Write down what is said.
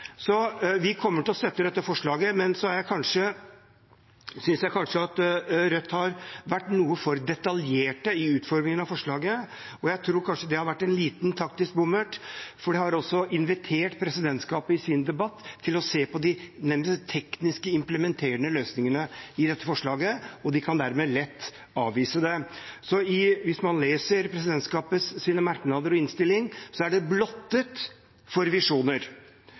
Vi kommer altså til å støtte dette forslaget, men jeg synes kanskje at Rødt har vært noe for detaljert i utformingen av det. Jeg tror det har vært en liten taktisk bommert, for Rødt har invitert presidentskapet i sin debatt til å se på de tekniske, implementerende løsningene i forslaget, og de kan dermed lett avvise det. Presidentskapets merknader og innstilling er blottet for visjoner. Det er kun formalistisk, og det